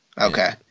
Okay